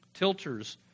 tilters